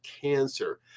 cancer